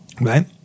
right